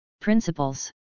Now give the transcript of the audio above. Principles